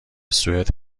سوئد